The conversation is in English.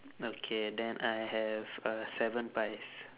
okay then I have uh seven pies